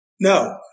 No